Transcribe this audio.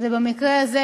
ובמקרה הזה,